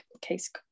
case